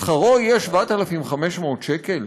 שכרו יהיה 7,500 שקל?